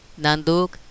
Nanduk